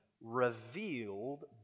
revealed